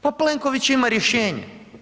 Pa Plenković ima rješenje.